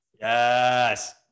Yes